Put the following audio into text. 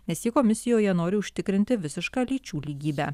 nes ji komisijoje nori užtikrinti visišką lyčių lygybę